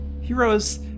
Heroes